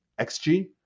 XG